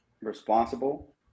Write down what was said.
responsible